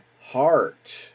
heart